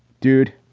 dude.